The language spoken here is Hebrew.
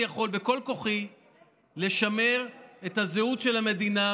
יכול בכל כוחי לשמר את הזהות של המדינה,